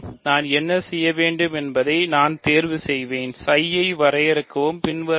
நான் என்ன செய்ய வேண்டும் என்பதை நான் தேர்வு செய்வேன் ψ ஐ வரையறுக்கவும் பின்வருமாறு